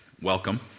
welcome